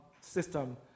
system